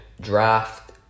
draft